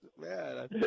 man